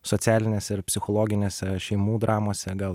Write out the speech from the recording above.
socialinėse ir psichologinėse šeimų dramose gal